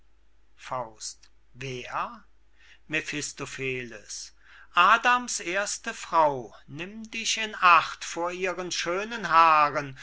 das wer mephistopheles adams erste frau nimm dich in acht vor ihren schönen haaren vor